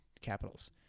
capitals